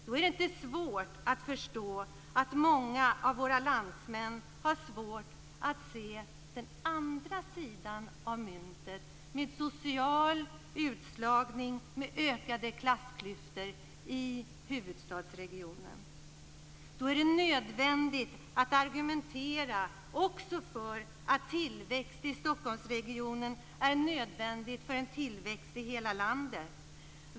Då är det inte svårt att förstå att många av våra landsmän har svårt att se den andra sidan av myntet med social utslagning, med ökade klassklyftor i huvudstadsregionen. Då är det nödvändigt att argumentera också för att tillväxt i Stockholmsregionen är nödvändig för en tillväxt i hela landet.